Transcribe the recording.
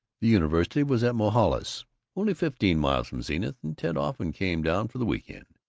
the university was at mohalis only fifteen miles from zenith, and ted often came down for the week-end.